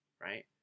right